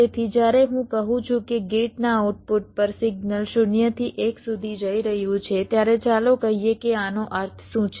તેથી જ્યારે હું કહું છું કે ગેટના આઉટપુટ પર સિગ્નલ 0 થી 1 સુધી જઈ રહ્યું છે ત્યારે ચાલો કહીએ કે આનો અર્થ શું છે